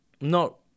No